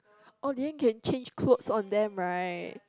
oh then can change clothes on them right